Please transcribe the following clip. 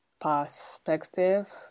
perspective